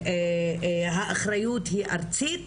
שהאחריות היא ארצית,